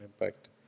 impact